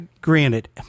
granted